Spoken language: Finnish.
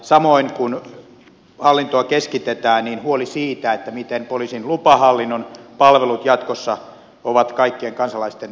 samoin kun hallintoa keskitetään on huoli siitä miten poliisin lupahallinnon palvelut jatkossa ovat kaikkien kansalaisten saatavilla